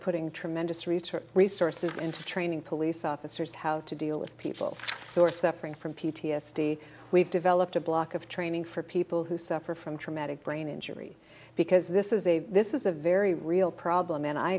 putting tremendous research resources into training police officers how to deal with people who are suffering from p t s d we've developed a block of training for people who suffer from traumatic brain injury because this is a this is a very real problem and i